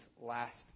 last